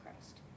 Christ